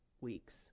weeks